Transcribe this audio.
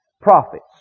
prophets